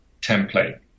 template